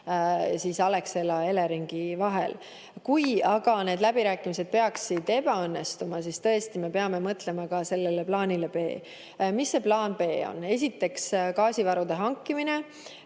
Alexela ja Eleringi vahel. Kui aga need läbirääkimised peaksid ebaõnnestuma, siis tõesti me peame mõtlema ka plaanile B. Mis see plaan B on? Esiteks, gaasivarude hankimine,